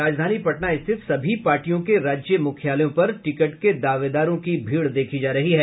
राजधानी पटना स्थित सभी पार्टियों के राज्य मुख्यालयों पर टिकट के दावेदारों की भीड़ देखी जा रही है